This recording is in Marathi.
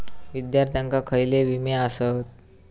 विद्यार्थ्यांका खयले विमे आसत?